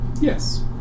Yes